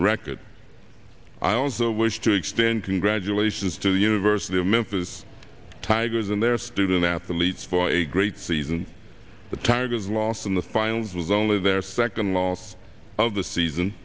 record i also wish to extend congratulations to the university of memphis tigers and their student athletes for a great season the tigers lost in the finals was only their second loss of the season